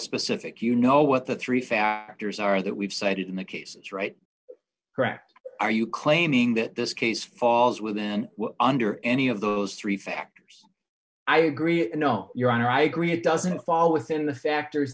specific you know what the three factors are that we've cited in the case it's right correct are you claiming that this case falls within and under any of those three factors i agree and no your honor i agree it doesn't fall within the factors